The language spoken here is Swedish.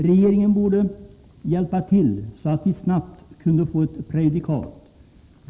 Regeringen borde hjälpa tiil så att vi snabbt kunde få ett prejudikat.